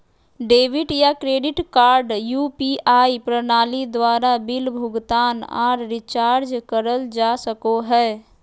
debit या credit card UPI प्रणाली द्वारा बिल भुगतान आर रिचार्ज करल जा सको हय